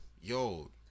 yo